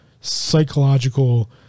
psychological